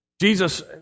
Jesus